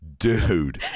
Dude